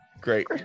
Great